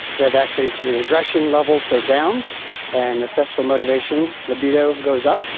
that actually the aggression levels go down and the sexual motivation, libido, goes up.